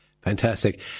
Fantastic